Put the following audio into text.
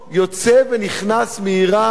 יוצא ונכנס מאירן,